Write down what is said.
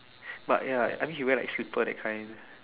but ya I mean if she wear like slipper that kind